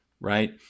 right